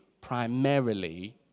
primarily